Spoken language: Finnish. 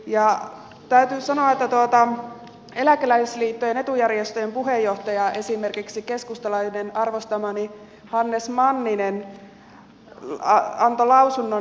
täytyy sanoa että esimerkiksi eläkeläisliittojen etujärjestön puheenjohtaja keskustalainen arvostamani hannes manninen antoi lausunnon